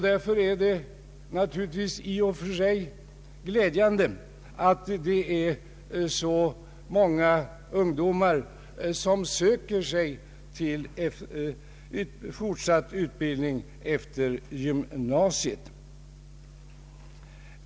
Därför är det i och för sig glädjande att så många ungdomar söker sig till fortsatt utbildning efter gymnasiet.